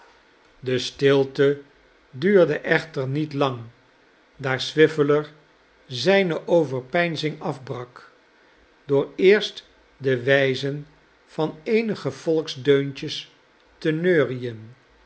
de stilte duurde echter niet lang daar swiveller zijne overpeinzing afbrak door eerst de wijzen van eenige volksdeuntjes te neurien